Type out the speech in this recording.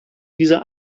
dieser